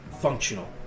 functional